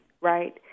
right